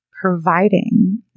providing